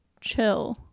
chill